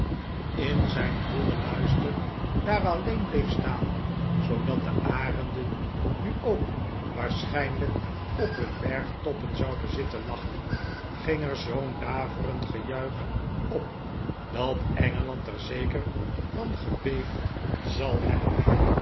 in zijn vollen luister daar alleen bleef staan zoodat de arenden nu ook waarschijnlijk op hun bergtoppen zouden zitten lachen ging er zoo'n daverend gejuich op dat engeland er zeker van gebeefd zal hebben